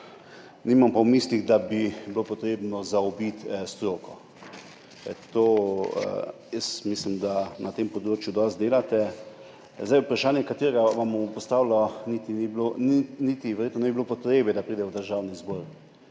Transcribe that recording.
Nimam pa v mislih, da bi bilo potrebno zaobiti stroko. Mislim, da na tem področju dosti delate. Vprašanje, ki vam ga bom postavil, verjetno ne bi bilo niti potrebe, da pride v Državni zbor.